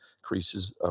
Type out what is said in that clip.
Increases